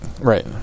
Right